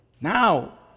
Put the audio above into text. Now